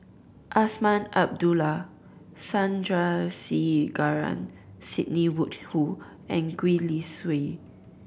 Azman Abdullah Sandrasegaran Sidney Woodhull and Gwee Li Sui